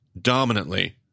dominantly